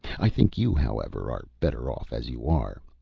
i think you, however, are better off as you are.